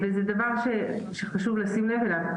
זה דבר שחשוב לשים לב אליו.